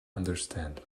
understand